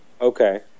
Okay